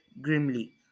grimly